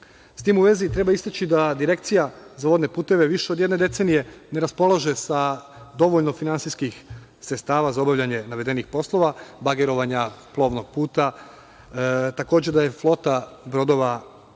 tim u vezi treba istaći da Direkcija za vodne puteve više od jedne decenije ne raspolaže sa dovoljno finansijskih sredstava za obavljanje navedenih poslova, bagerovanja plovnog puta, takođe da je flota brodova,